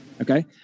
Okay